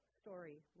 story